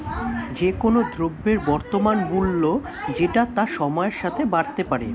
যে কোন দ্রব্যের বর্তমান মূল্য যেটা তা সময়ের সাথে বাড়তে পারে